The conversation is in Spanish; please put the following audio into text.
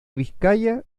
vizcaya